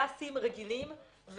יש סעיפי פיקוח פלסטיים רגילים,